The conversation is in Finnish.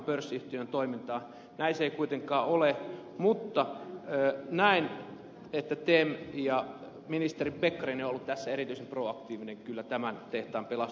näin se ei kuitenkaan ole mutta näen että tem ja ministeri pekkarinen ovat kyllä olleet erityisen proaktiivisia tämän tehtaan pelastusohjelmassa